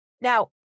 Now